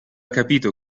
capito